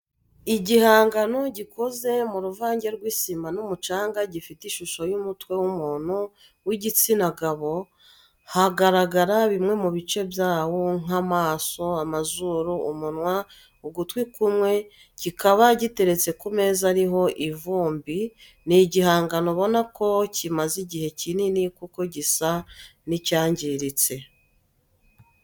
Igihangano gikoze mu ruvange rw'isima n'umucanga gifite ishusho y'umutwe w'umuntu w'igitsina gabo hagaragara bimwe mu bice byawo nk'amaso amazuru, umunwa ugutwi kumwe kikaba giteretse ku meza ariho ivumbi ni igihangano ubona ko kimaze igihe kinini kuko gisa n'icyangiritse.